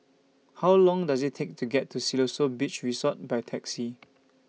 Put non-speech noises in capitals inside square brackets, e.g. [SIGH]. How Long Does IT Take to get to Siloso Beach Resort By Taxi [NOISE]